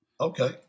Okay